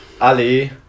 Ali